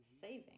saving